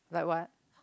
like what